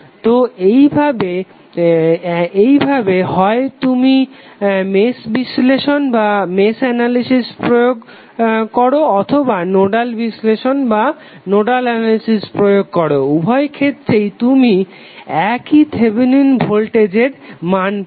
তো এইভাবে হয় তুমি মেশ বিশ্লেষণ প্রয়োগ করো অথবা নোডাল বিশ্লেষণ প্রয়োগ করো উভয় ক্ষেত্রেই তুমি একই থেভেনিন ভোল্টেজের মান পাবে